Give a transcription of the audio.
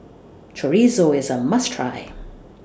Chorizo IS A must Try